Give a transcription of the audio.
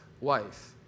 wife